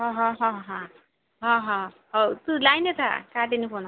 ହଁ ହଁ ହଁ ହଁ ହଁ ହଁ ହଉ ତୁ ଲାଇନ୍ରେ ଥା କାଟ୍ ନି ଫୋନ୍